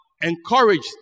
encouraged